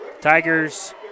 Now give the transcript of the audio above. Tigers